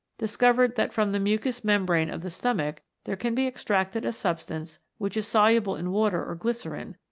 discovered that from the mucous membrane of the stomach there can be extracted a substance which is soluble in water or glycerine,